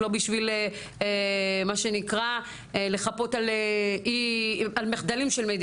אני לא יודעת אם זה מקרה ונסיבות בלי קשר לחומרת התופעה.